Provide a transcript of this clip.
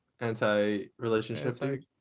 Anti-relationship